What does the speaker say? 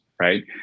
Right